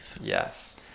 Yes